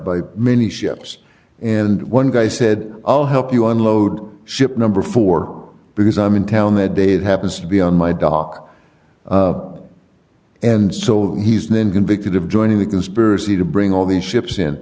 by many ships and one guy said i'll help you unload ship number four because i'm in town the day it happens to be on my doc and so he's then convicted of joining the conspiracy to bring all these ships